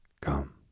Come